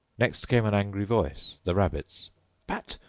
next came an angry voice the rabbit's pat!